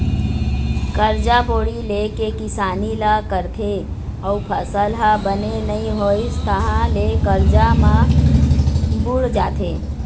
करजा बोड़ी ले के किसानी ल करथे अउ फसल ह बने नइ होइस तहाँ ले करजा म बूड़ जाथे